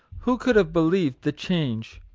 who could have believed the change?